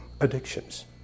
addictions